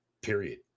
period